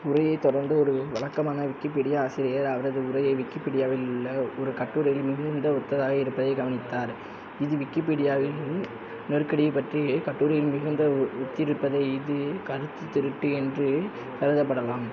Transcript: உரையைத் தொடர்ந்து ஒரு வழக்கமான விக்கிபீடியா ஆசிரியர் அவரது உரையை விக்கிப்பீடியாவில் உள்ள ஒரு கட்டுரைக்கு மிகுந்த ஒத்ததாக இருப்பதைக் கவனித்தார் இது விக்கிபீடியாவில் நெருக்கடியைப் பற்றிய கட்டுரையுடன் மிகுந்த ஒத்திருப்பதை இது கருத்துத் திருட்டு என்று கருதப்படலாம்